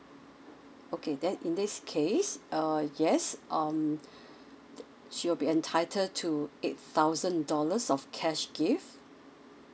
okay then in this case uh yes um she'll be entitled to eight thousand dollars of cash gift